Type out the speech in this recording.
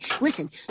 Listen